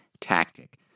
tactic